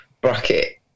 bracket